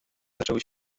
zaczęły